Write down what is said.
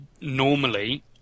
normally